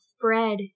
bread